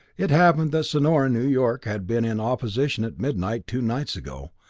it happened that sonor and new york had been in opposition at midnight two nights ago,